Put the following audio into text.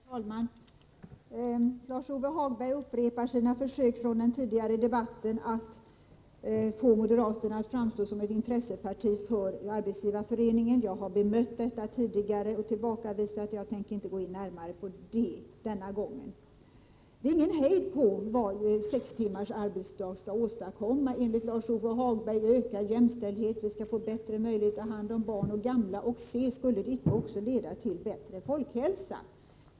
Herr talman! Lars-Ove Hagberg upprepar sina försök från den tidigare debatten att få moderata samlingspartiet att framstå som ett intresseparti för Arbetsgivareföreningen. Jag har tidigare bemött och tillbakavisat detta. Jag tänker inte gå närmare in på saken den här gången. Det är ingen hejd på vad sex timmars arbetsdag skall åstadkomma, enligt Lars-Ove Hagberg: ökad jämställdhet, bättre möjligheter att ta hand om barn och gamla. Och se, skulle det icke också leda till bättre folkhälsa.